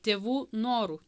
tėvų noru